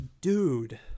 dude